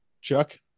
chuck